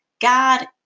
God